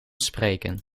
spreken